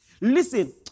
Listen